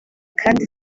kandi